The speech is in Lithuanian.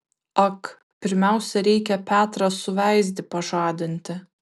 ak pirmiausia reikia petrą suveizdį pažadinti